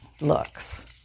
looks